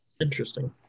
Interesting